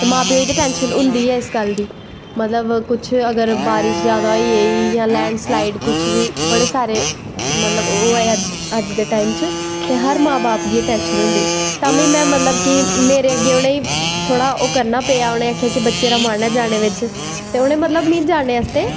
ते मां प्यो गी टैंशन होंदी गै ऐ इस गल्ल दी मतलव बारिश जादा होई जां लैंड़स्लाईड़ कुश बी मतलव होऐ अज्ज दे टाईम च ते हर मां प्यो गी टैंशन होंदी तां बी में मतलव कि मेरे अग्गैं उनेंगी थोह्ड़ा ओह् करना पेआ कि बच्चे दा मन ऐ ओह्दे बिच्च ते उनैं मिगी मतलव जाने आस्तै